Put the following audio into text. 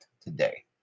today